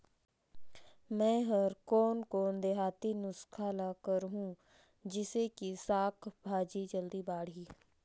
मै हर कोन कोन देहाती नुस्खा ल करहूं? जिसे कि साक भाजी जल्दी बाड़ही?